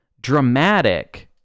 dramatic